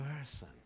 person